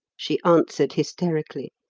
she answered hysterically.